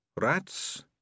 rats